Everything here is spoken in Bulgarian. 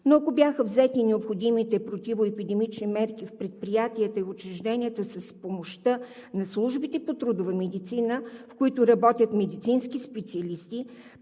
но ако бяха взети необходимите противоепидемични мерки в предприятията и учрежденията с помощта на службите по трудова медицина, в които работят медицински специалисти